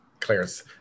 Clarence